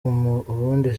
ubundi